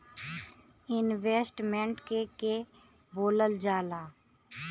Investment के के बोलल जा ला?